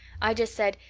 i just said,